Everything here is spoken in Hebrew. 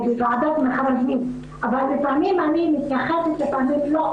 ובוועדת המכרזים אבל לפעמים אני מתייחסת לדברים ולפעמים לא.